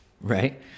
right